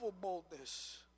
boldness